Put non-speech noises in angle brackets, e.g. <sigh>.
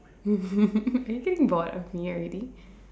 <laughs> are you getting bored of me already